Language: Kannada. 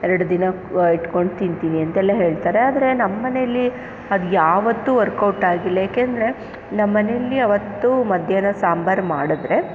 ಎರಡು ದಿನ ಇಟ್ಕೊಂಡು ತಿಂತೀವಿ ಅಂತೆಲ್ಲ ಹೇಳ್ತಾರೆ ಆದರೆ ನಮ್ಮ ಮನೆಯಲ್ಲಿ ಅದ್ಯಾವತ್ತೂ ವರ್ಕೌಟಾಗಿಲ್ಲ ಏಕೆಂದರೆ ನಮ್ಮ ಮನೆಯಲ್ಲಿ ಅವತ್ತು ಮಧ್ಯಾಹ್ನ ಸಾಂಬಾರು ಮಾಡಿದ್ರೆ